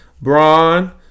Braun